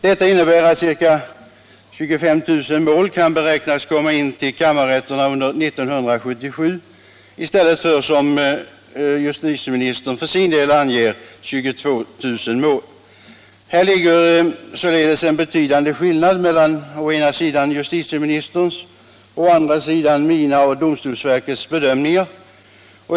Detta innebär att ca 25 000 mål kan beräknas komma in till kammarrätterna under 1977 i stället för, som justitieministern för sin del anger, 22000 mål. Här föreligger således en betydande skillnad mellan å ena sidan justitieministerns och å andra sidan mina och domstolsverkets bedömningar.